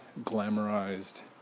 glamorized